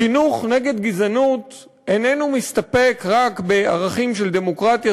חינוך נגד גזענות איננו מסתפק רק בערכים של דמוקרטיה,